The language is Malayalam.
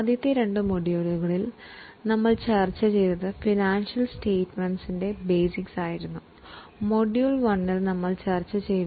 ആദ്യത്തെ രണ്ട് മൊഡ്യൂളുകളിൽ ഫിനാൻഷ്യൽ സ്റ്റേറ്റ്മെന്റിൻറെ എന്നിവ ചർച്ച ചെയ്തു